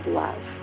love